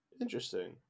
Interesting